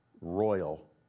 royal